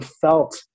felt